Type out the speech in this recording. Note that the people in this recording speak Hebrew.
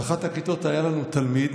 באחת הכיתות היה לנו תלמיד,